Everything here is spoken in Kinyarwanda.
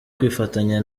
kwifatanya